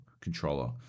controller